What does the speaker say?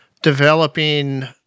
developing